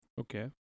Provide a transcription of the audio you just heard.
Okay